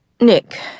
Nick